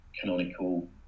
canonical